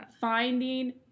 finding